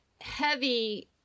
heavy